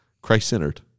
Christ-centered